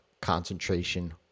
concentration